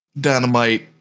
dynamite